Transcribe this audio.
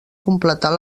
completar